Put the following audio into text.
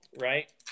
right